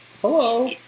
Hello